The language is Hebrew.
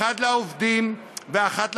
אחת לעובדים ואחת לחברות.